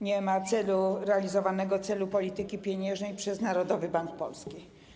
Nie ma realizowania celu polityki pieniężnej przez Narodowy Bank Polski.